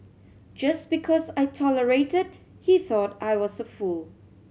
just because I tolerated he thought I was a fool